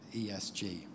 ESG